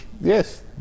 Yes